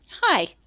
Hi